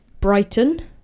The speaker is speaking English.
Brighton